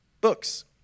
books